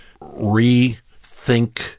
rethink